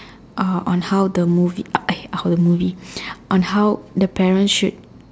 uh on how the movie uh eh how the movie on how the parents should